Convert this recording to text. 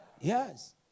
Yes